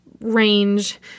range